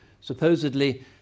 supposedly